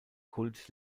kult